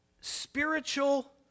spiritual